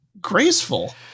graceful